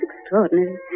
extraordinary